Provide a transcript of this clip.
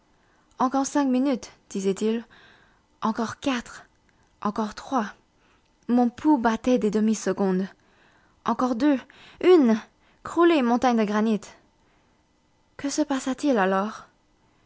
encore cinq minutes disait-il encore quatre encore trois mon pouls battait des demi secondes encore deux une croulez montagnes de granit que se passa-t-il alors